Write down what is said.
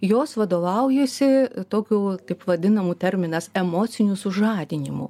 jos vadovaujasi tokiu taip vadinamu terminas emociniu sužadinimu